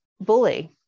bully